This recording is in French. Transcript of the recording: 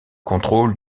contrôle